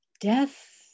Death